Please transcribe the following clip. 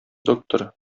доктор